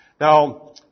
Now